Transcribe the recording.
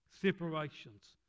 separations